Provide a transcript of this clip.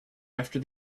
after